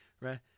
right